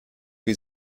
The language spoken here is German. wie